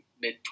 mid